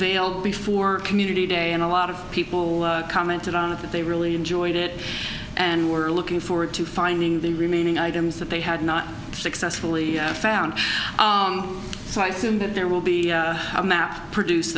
unveiled before community day and a lot of people commented on it that they really enjoyed it and were looking forward to finding the remaining items that they had not successfully found so i assume that there will be a map produce